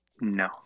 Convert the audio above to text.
No